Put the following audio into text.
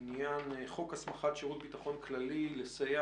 בעניין חוק הסמכת שירות הביטחון הכללי לסייע